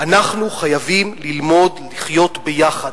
אנחנו חייבים ללמוד לחיות ביחד.